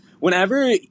Whenever